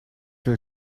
will